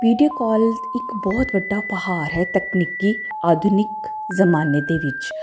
video call ਇੱਕ ਬਹੁਤ ਵੱਡਾ ਉਪਹਾਰ ਹੈ ਤਕਨੀਕੀ ਆਧੁਨਿਕ ਜਮਾਨੇ ਦੇ ਵਿੱਚ